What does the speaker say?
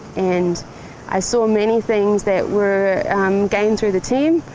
and i saw many things that were gained through the team,